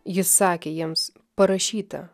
jis sakė jiems parašyta